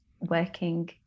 working